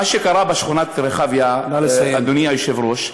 מה שקרה בשכונת רחביה, אדוני היושב-ראש,